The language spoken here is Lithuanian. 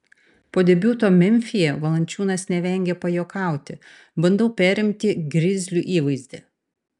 po debiuto memfyje valančiūnas nevengė pajuokauti bandau perimti grizlių įvaizdį